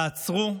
תעצרו,